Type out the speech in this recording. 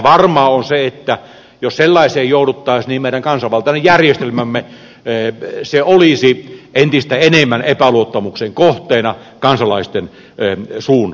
varmaa on se että jos sellaiseen jouduttaisiin meidän kansanvaltainen järjestelmämme olisi entistä enemmän epäluottamuksen kohteena kansalaisten suunnalta